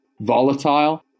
volatile